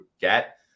get